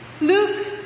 Luke